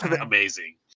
amazing